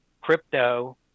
crypto